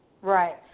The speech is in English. Right